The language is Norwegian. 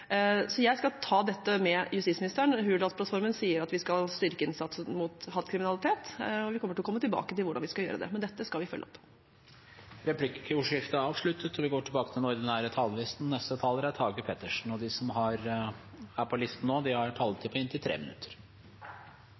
Jeg skal ta dette med justisministeren. Hurdalsplattformen sier at vi skal styrke innsatsen mot hatkriminalitet, og vi kommer tilbake til hvordan vi skal gjøre det, men dette skal vi følge opp. Replikkordskiftet er avsluttet. De talere som heretter får ordet, har en taletid på inntil 3 minutter. Jeg vil også takke likestillingsministeren for redegjørelsen tidligere i uken. Det var – som flere har vært innom – en innholdsrik, men samtidig en